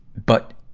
but